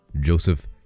Joseph